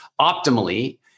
optimally